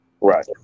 right